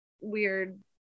weird